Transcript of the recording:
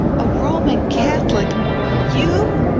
a roman catholic you?